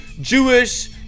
Jewish